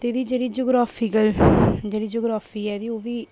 ते भी जेह्ड़ी जियोग्राफिकल जेह्ड़ी जियोग्राफी ऐ एह्दी ओह् बी